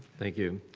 thank you.